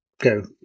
go